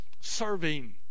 Serving